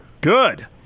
Good